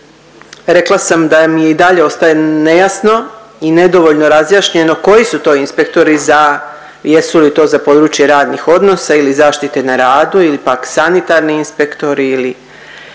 rekla dam da mi i dalje ostaje nejasno i nedovoljno razjašnjeno koji su to inspektori za jesu li to za područje radnih odnosa ili zaštite na radu ili pak sanitarni inspektori,